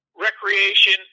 recreation